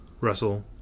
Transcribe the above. Russell